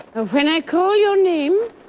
when i call your name,